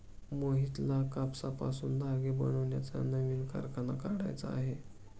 मोहितला कापसापासून धागे बनवण्याचा नवीन कारखाना काढायचा आहे